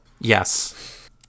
Yes